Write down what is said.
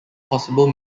possible